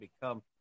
become